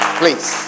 please